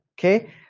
Okay